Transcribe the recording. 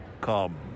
Come